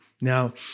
Now